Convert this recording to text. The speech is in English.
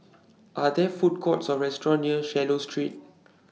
Are There Food Courts Or restaurants near Swallow Street